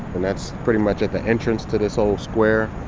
and that's pretty much at the entrance to this whole square,